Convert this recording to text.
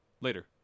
Later